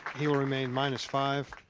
he will remain minus five.